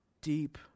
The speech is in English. deep